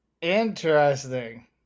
interesting